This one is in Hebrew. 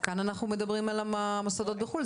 כאן אנחנו מדברים על המוסדות בחו"ל,